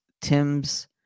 Tim's